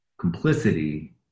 complicity